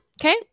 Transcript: Okay